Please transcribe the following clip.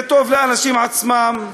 זה טוב לאנשים עצמם,